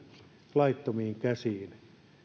laittomiin käsiin